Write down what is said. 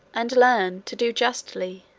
and learn to do justly,